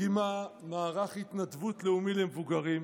הקימה מערך התנדבות לאומי למבוגרים,